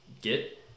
get